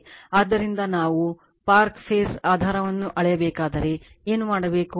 ಆದ್ದರಿಂದ ನಾವು park phase ಆಧಾರವನ್ನು ಅಳೆಯಬೇಕಾದರೆ ಏನು ಮಾಡಬೇಕು